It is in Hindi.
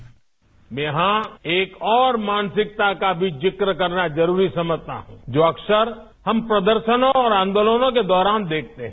बाइट मैं यहां एक और मानसिकता का भी जिक्र करना जरूरी समझता हूं जो अक्सर हम प्रदर्शनों और आंदोलनों के दौरान देखते हैं